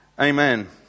Amen